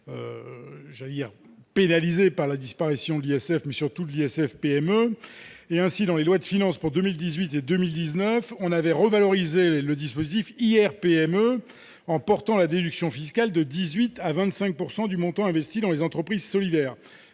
ayant été pénalisé par la disparition de l'ISF, mais surtout du dispositif ISF-PME, les lois de finances pour 2018 et 2019 ont revalorisé le dispositif IR-PME, en portant la déduction fiscale de 18 % à 25 % du montant investi dans les entreprises solidaires.